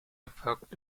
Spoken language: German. erfolgt